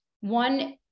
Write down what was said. one